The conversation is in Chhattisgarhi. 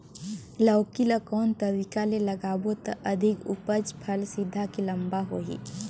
लौकी ल कौन तरीका ले लगाबो त अधिक उपज फल सीधा की लम्बा होही?